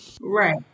Right